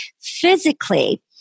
physically